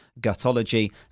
gutology